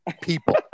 people